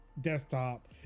desktop